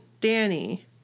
Danny